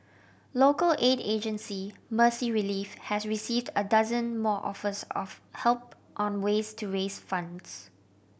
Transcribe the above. local aid agency Mercy Relief has received a dozen more offers of help on ways to raise funds